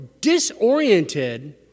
disoriented